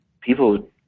People